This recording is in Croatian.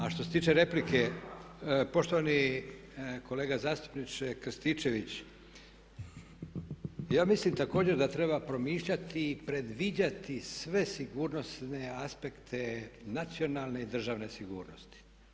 A što se tiče replike poštovani kolega zastupniče Krstičević, ja mislim također da treba promišljati i predviđati sve sigurnosne aspekte nacionalne i državne sigurnosti.